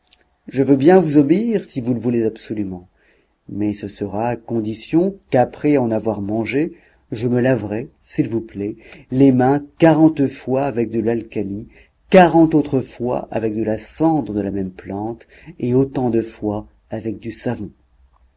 je veux bien vous obéir si vous le voulez absolument mais ce sera à condition qu'après en avoir mangé je me laverai s'il vous plaît les mains quarante fois avec de l'alcali quarante autres fois avec de la cendre de la même plante et autant de fois avec du savon